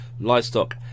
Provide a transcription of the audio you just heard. livestock